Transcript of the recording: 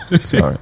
sorry